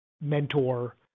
mentor